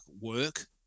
work